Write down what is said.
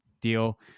deal